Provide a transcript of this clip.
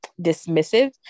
dismissive